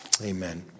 amen